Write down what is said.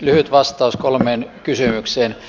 lyhyt vastaus kolmeen kysymykseen